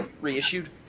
reissued